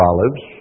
Olives